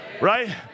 right